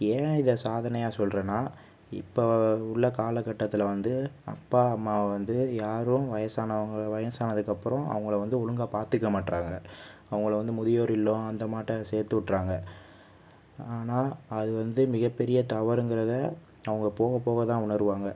ஏன் இதை சாதனையாக சொல்கிறன்னா இப்போ உள்ள காலகட்டத்தில் வந்து அப்பா அம்மாவை வந்து யாரும் வயசானவங்களை வயசானத்துக்கப்புறம் அவங்களை வந்து ஒழுங்காக பார்த்துக்கமாட்றாங்க அவங்களை வந்து முதியோர் இல்லம் அந்த மாட்ட சேர்த்துவுட்றாங்க ஆனால் அது வந்து மிக பெரிய தவறுங்கறதை அவங்க போக போக தான் உணர்வாங்க